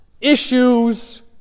issues